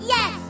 Yes